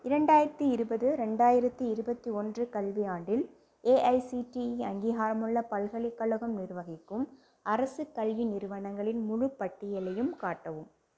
இரண்டாயிரத்தி இருபது ரெண்டாயிரத்தி இருபத்தி ஒன்று கல்வியாண்டில் ஏஐசிடிஇ அங்கீகாரமுள்ள பல்கலைக்கழகம் நிர்வகிக்கும் அரசு கல்வி நிறுவனங்களின் முழுப்பட்டியலையும் காட்டவும்